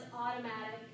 automatic